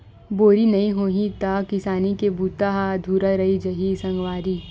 बोरी नइ होही त किसानी के बूता ह अधुरा रहि जाही सगवारी